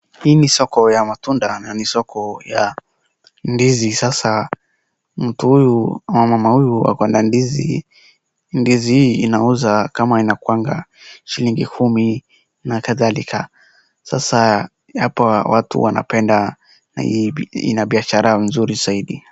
Hii ni soko ya matunda, na ni soko ya ndizi sasa mtu huyu, mama huyu ako na ndizi, ndizi hii inauzwa kama inakuwanga shilingi kumi na kadhalika. Sasa hapa watu wanapenda hii ni biashara nzuri zaidi.